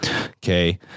okay